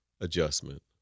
adjustment